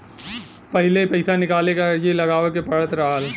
पहिले पइसा निकाले क अर्जी लगावे के पड़त रहल